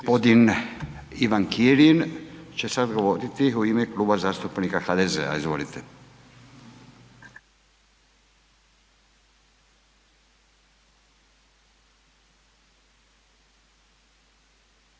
SATI g. Ivan Kirin će sad govorit u ime Kluba zastupnika HDZ-a, izvolite.